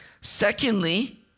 Secondly